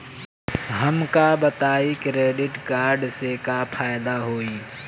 हमका बताई credit card से का फायदा होई?